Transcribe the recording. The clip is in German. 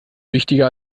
wichtiger